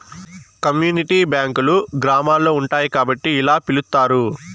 community బ్యాంకులు గ్రామాల్లో ఉంటాయి కాబట్టి ఇలా పిలుత్తారు